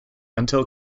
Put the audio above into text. until